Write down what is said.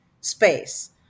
space